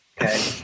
Okay